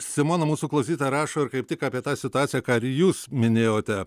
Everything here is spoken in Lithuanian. simona mūsų klausytoja rašo ir kaip tik apie tą situaciją ką ir jūs minėjote